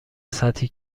سطحی